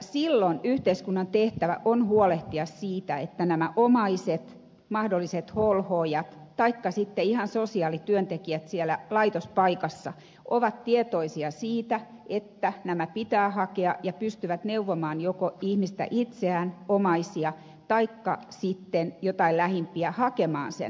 silloin yhteiskunnan tehtävä on huolehtia siitä että nämä omaiset mahdolliset holhoojat taikka sitten ihan sosiaalityöntekijät siellä laitospaikassa ovat tietoisia siitä että nämä pitää hakea ja pystyvät neuvomaan joko ihmistä itseään omaisia taikka sitten jotain lähimpiä hakemaan sen hoitotuen